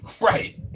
right